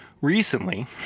Recently